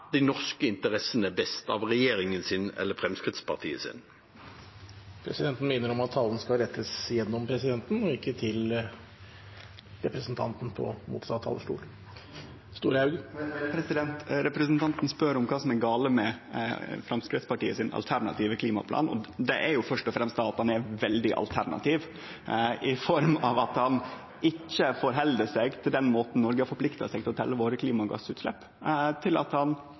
norske interessene best – regjeringens plan eller Fremskrittspartiets plan? Presidenten minner om at talen skal rettes til presidenten og ikke til representanten på motsatt talerstol. Representanten spør kva som er galt med Framstegspartiets alternative klimaplan. Det er jo først og fremst at han er veldig alternativ, i form av at han ikkje held seg til den måten Noreg har forplikta seg til å telje våre klimagassutslepp, til at han